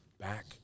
back